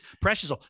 Precious